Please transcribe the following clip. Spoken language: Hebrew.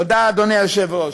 תודה, אדוני היושב-ראש.